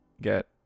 get